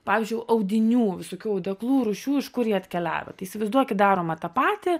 pavyzdžiui audinių visokių audeklų rūšių iš kur jie atkeliavo tai įsivaizduokit daroma tą patį